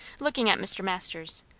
looking at mr. masters,